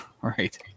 Right